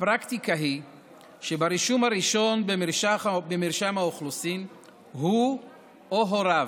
הפרקטיקה היא שברישום הראשון במרשם האוכלוסין הוא או הוריו,